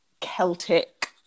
celtic